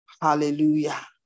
Hallelujah